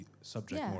subject